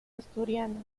asturiana